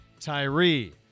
Tyree